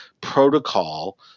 protocol